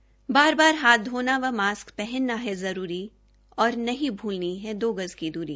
बार बार हाथ धोना व मास्क पहनना है जरूरी और नहीं भूलनी है दो गज की दूरी